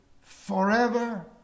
forever